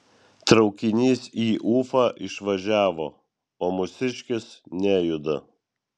traukinys į ufą išvažiavo o mūsiškis nejuda